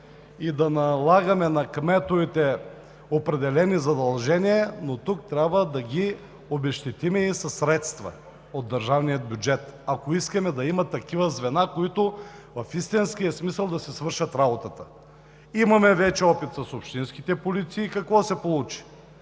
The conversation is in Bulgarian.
и да налагаме на кметовете определени задължения, но трябва да ги обезпечим и със средства от държавния бюджет, ако искаме да има такива звена, които в истинския смисъл да си вършат работата. Имаме вече опит с общинските полиции. Какво се получи?